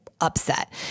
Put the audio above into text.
upset